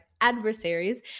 adversaries